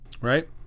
right